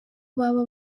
baba